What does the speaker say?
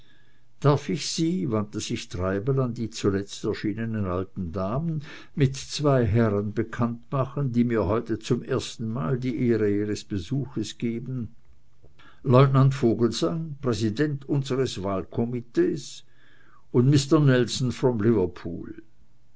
darf ich sie wandte sich treibel an die zuletzt erschienenen alten damen mit zwei herren bekannt machen die mir heute zum ersten male die ehre ihres besuches geben lieutenant vogelsang präsident unseres wahlkomitees und mister nelson